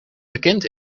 bekend